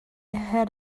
had